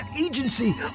agency